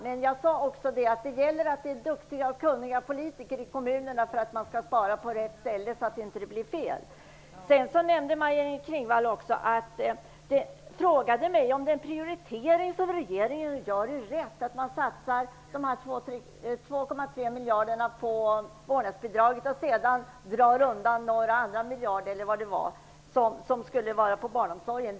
Men jag sade också att det gäller att det finns duktiga och kunniga politiker i kommunerna för att man skall kunna spara på rätt ställe, så att det inte blir fel. Maj-Inger Klingvall frågade mig om den prioritering som regeringen gör är riktig, om det är rätt att satsa 2,3 miljarder på vårdnadsbidraget och sedan dra undan några andra miljarder från barnomsorgen.